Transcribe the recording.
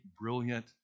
brilliant